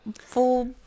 full